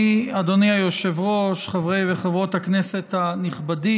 של חבר הכנסת גלעד קריב.